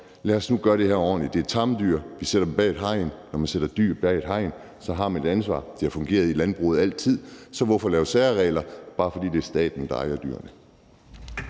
Lad os nu gøre det her ordentligt, det er tamdyr, og vi sætter dem bag et hegn, og når man sætter dyr bag et hegn, har man et ansvar, og det har altid fungeret i landbruget. Så hvorfor lave særregler, bare fordi det er staten, der ejer dyrene?